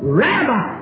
rabbi